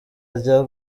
ryo